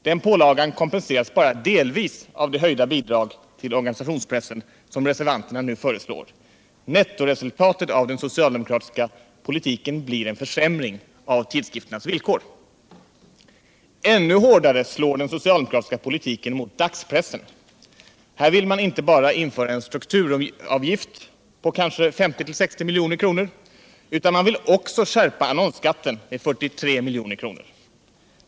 Den pålagan kompenseras bara delvis av det höjda bidrag till organisationspressen som reservanterna nu föreslår. Nettoresultatet av den socialdemokratiska politiken blir en försämring av tidskrifternas villkor. Ännu hårdare slår den socialdemokratiska politiken mot dagspressen. Här vill man inte bara införa en strukturavgift på 50-60 milj.kr., utan man vill också skärpa annonsskatten med 43 milj.kr.